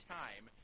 time